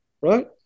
right